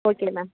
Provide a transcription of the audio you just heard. okay ma'am